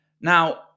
Now